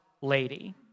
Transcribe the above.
lady